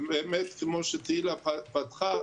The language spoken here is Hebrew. באמת, כמו שתהלה פתחה.